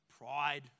pride